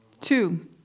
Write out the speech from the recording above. Two